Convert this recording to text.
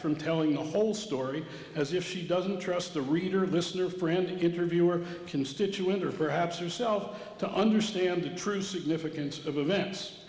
from telling the whole story as if she doesn't trust the reader listener friend interviewer constituent or perhaps yourself to understand the true significance of events